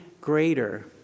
greater